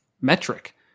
metric